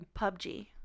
PUBG